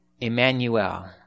Emmanuel